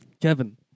Kevin